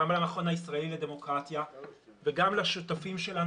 גם למכון הישראלי לדמוקרטיה וגם לשותפים שלנו